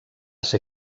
ser